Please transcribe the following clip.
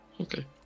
okay